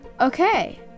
okay